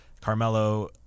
Carmelo